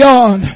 on